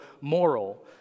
moral